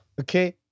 Okay